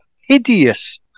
hideous